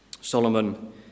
Solomon